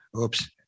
Oops